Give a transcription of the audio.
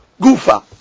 Gufa